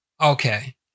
Okay